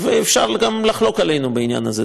אפשר גם לחלוק עלינו בעניין הזה,